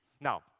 Now